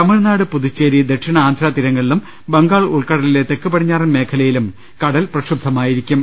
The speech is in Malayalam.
തമിഴ്നാട് പുതുച്ചേരി ദക്ഷിണ ആന്ധ്ര തീരങ്ങളിലും ബംഗാൾ ഉൾക്കട ലിലെ തെക്ക് പടിഞ്ഞാറൻ മേഖലയിലും കടൽ പ്രക്ഷുബ്ധമായിരിക്കും